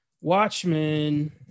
Watchmen